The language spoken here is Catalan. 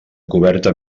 coberta